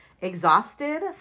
exhausted